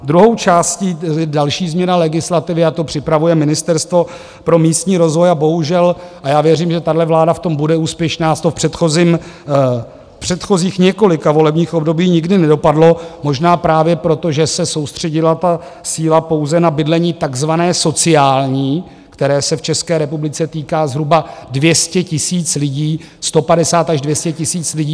Druhou částí další změna legislativy, a to připravuje Ministerstvo pro místní rozvoj a bohužel, a já věřím, že tahle vláda v tom bude úspěšná, v předchozích několika volebních obdobích to nikdy nedopadlo, možná právě proto, že se soustředila ta síla pouze na bydlení takzvané sociální, které se v České republice týká zhruba 200 tisíc lidí, 150 až 200 tisíc lidí.